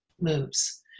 moves